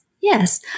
Yes